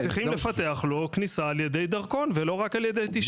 צריכים לפתח לו כניסה על ידי דרכון ולא רק על ידי תשע ספרות.